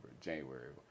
January